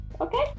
Okay